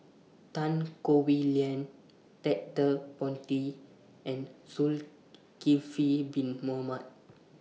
Tan Howe Liang Ted De Ponti and Zulkifli Bin Mohamed